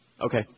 Okay